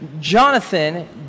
Jonathan